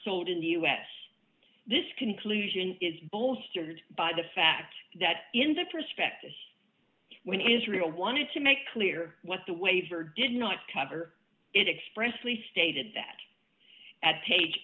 sold in the us this conclusion is bolstered by the fact that in the prospectus when israel wanted to make clear what the waiver did not cover it expressly stated that at page